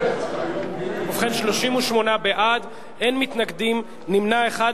ובכן, 38 בעד, אין מתנגדים, נמנע אחד.